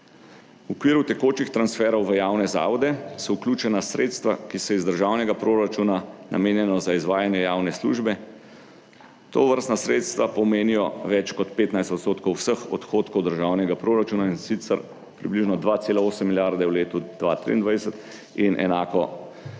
V okviru tekočih transferov v javne zavode so vključena sredstva, ki se iz državnega proračuna namenjena za izvajanje javne službe. Tovrstna sredstva pomenijo več kot 15 % vseh odhodkov državnega proračuna, in sicer približno 2,8 milijarde v letu 2023 in enako v